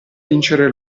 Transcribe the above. vincere